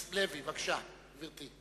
לוי, בבקשה, אבקסיס לוי.